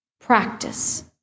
Practice